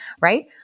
right